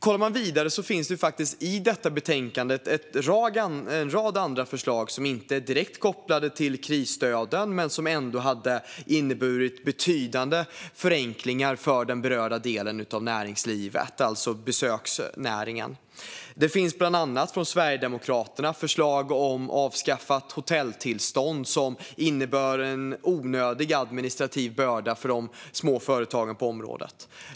Kollar man vidare ser man att det i detta betänkande faktiskt finns en rad andra förslag som inte är direkt kopplade till krisstöden men som ändå skulle innebära betydande förenklingar för den berörda delen av näringslivet, alltså besöksnäringen. Det finns bland annat från Sverigedemokraterna förslag om avskaffat hotelltillstånd - hotelltillstånd innebär en onödig administrativ börda för småföretagen på området.